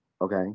Okay